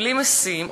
מבלי משים,